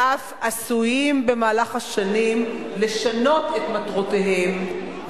ואף עשויים במהלך השנים לשנות את מטרותיהם,